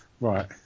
Right